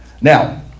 Now